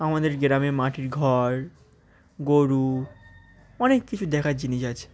আমাদের গ্রামে মাটির ঘর গরু অনেক কিছু দেখার জিনিস আছে